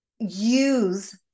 use